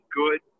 good